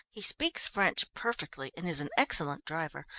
he speaks french perfectly and is an excellent driver.